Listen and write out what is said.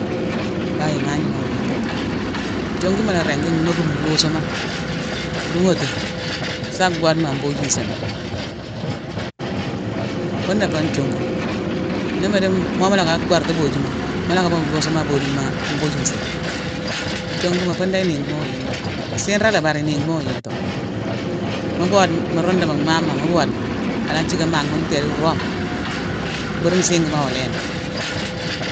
Bao imagnama ao yingato. Nthionguma la ringi nnockume nlhusuma, runghatime, sa boode ma boju nsighma. Funa fé nthionguma. Nimu di, mo mu loka bortu bojuma, mulo ka bughune nlhusuma a bodu boju nsigh. Nthionguma, fune dan inégima wa yingato. Ala sirala bari inégima wa yéto. Mu bode, mu rundu mu mhama, mu bodeghi, ala thické mhaa ghune tééde rome; budu nsinguima awa léni